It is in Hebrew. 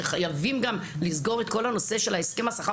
שחייבים לסגור גם את כל הנושא של הסכם השכר